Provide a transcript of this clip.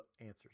answers